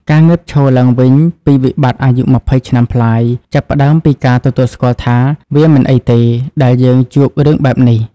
ការងើបឈរឡើងវិញពីវិបត្តិអាយុ២០ឆ្នាំប្លាយ ចាប់ផ្តើមពីការទទួលស្គាល់ថា "វាមិនអីទេ ដែលយើងជួបរឿងបែបនេះ"។